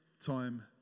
time